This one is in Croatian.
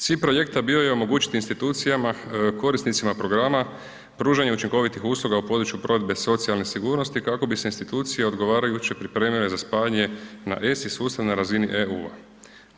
Cilj projekta bio je omogućit institucijama, korisnicima programa pružanje učinkovitih usluga u području provedbe socijalne sigurnosti kako bi se institucije odgovarajuće pripremile za spajanje na ESI sustav na razini EU-a.